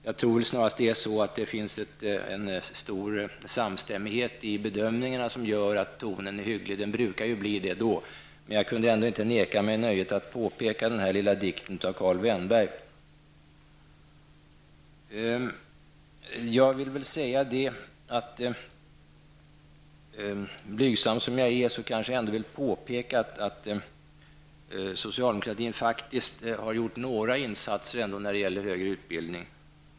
Jag tror snarast att det är en stor samstämmighet i bedömningarna som gör att tonen är hygglig -- den brukar ju bli det då -- men jag kunde ändå inte neka mig nöjet att föredra de här raderna av Karl Vennberg. Blygsam som jag är, vill jag påpeka att socialdemokratin ändå har gjort några insatser när det gäller högre utbildning.